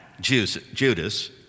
Judas